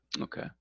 Okay